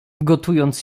gotując